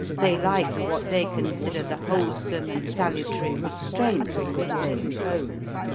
they like what they consider the wholesome and salutary restraints which they impose.